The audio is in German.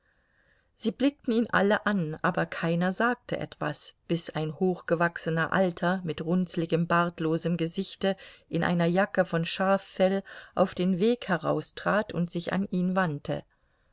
sie blickten ihn alle an aber keiner sagte etwas bis ein hochgewachsener alter mit runzligem bartlosem gesichte in einer jacke von schaffell auf den weg heraustrat und sich an ihn wandte